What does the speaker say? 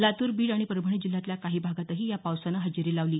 लातूर बीड आणि परभणी जिल्ह्यातल्या काही भागातही या पावसानं हजेरी लावली